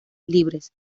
libres